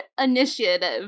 initiative